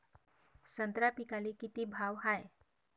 संत्रा पिकाले किती भाव हाये?